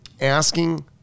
asking